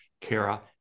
Kara